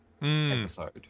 episode